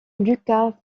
lucas